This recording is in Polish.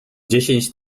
dziesięć